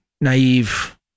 naive